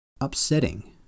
upsetting